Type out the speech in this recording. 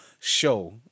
show